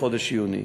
בחודש יוני.